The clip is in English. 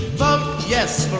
vote yes